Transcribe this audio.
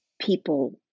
people